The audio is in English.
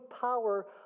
power